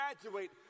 graduate